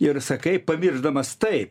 ir sakai pamiršdamas tai